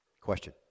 Question